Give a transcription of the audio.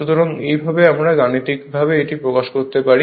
সুতরাং এইভাবে আমরা গাণিতিকভাবে এটি প্রকাশ করতে পারি